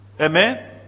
amen